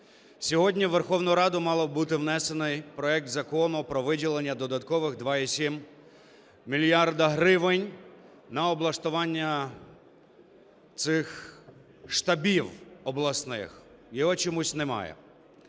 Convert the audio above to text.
Сьогодні у Верховну Раду мав бути внесений проект Закону про виділення додаткових 2,7 мільярда гривень на облаштування цих штабів обласних. Його чомусь немає.